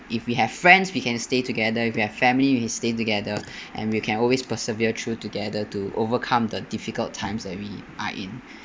if we have friends we can stay together if we have family we stay together and we can always persevere through together to overcome the difficult times that we are in